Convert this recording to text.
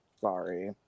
Sorry